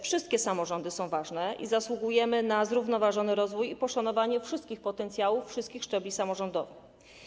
Wszystkie samorządy są ważne i zasługujemy na zrównoważony rozwój i poszanowanie wszystkich potencjałów wszystkich szczebli samorządowych.